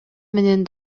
менен